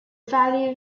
value